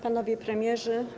Panowie Premierzy!